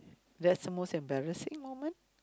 that's your most embarrassing moment